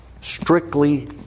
strictly